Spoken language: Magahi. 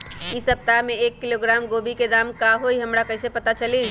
इ सप्ताह में एक किलोग्राम गोभी के दाम का हई हमरा कईसे पता चली?